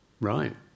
right